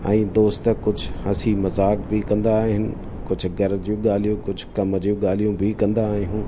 ऐं दोस्त कुझु हंसी मज़ाक़ बि कंदा आहिनि कुझु घर जूं कुझु कम जूं ॻाल्हियूं बि कंदा आहियूं